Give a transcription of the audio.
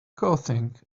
coughing